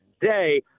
today